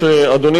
אדוני השר,